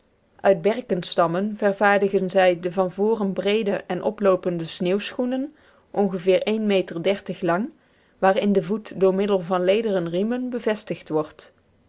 uit berkenstammen vervaardigen zij de van voren breede en oploopende sneeuwschoenen ongeveer een meter lang waarin de voet door middel van lederen riemen bevestigd wordt